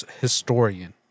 historian